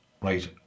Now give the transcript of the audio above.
right